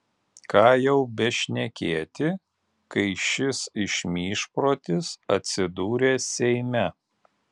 ką jau bešnekėti kai šis išmyžprotis atsidūrė seime